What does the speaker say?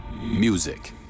Music